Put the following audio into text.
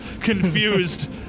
confused